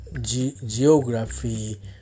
geography